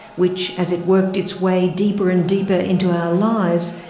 which, as it worked its way deeper and deeper into our lives,